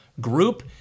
group